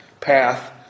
path